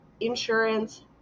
insurance